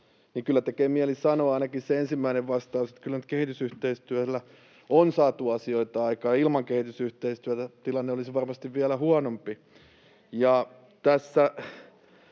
tosiasia ja tekee mieli sanoa ainakin se ensimmäinen vastaus, että kyllä kehitysyhteistyöllä on saatu asioita aikaan ja ilman kehitysyhteistyötä tilanne olisi varmasti vielä huonompi.